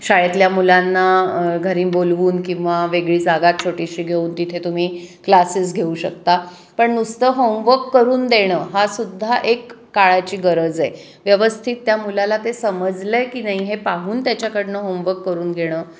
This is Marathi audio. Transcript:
शाळेतल्या मुलांना घरी बोलवून किंवा वेगळी जागा छोटीशी घेऊन तिथे तुम्ही क्लासेस घेऊ शकता पण नुसतं होमवर्क करून देणं हासुद्धा एक काळाची गरज आहे व्यवस्थित त्या मुलाला ते समजलं आहे की नाही हे पाहून त्याच्याकडनं होमवर्क करून घेणं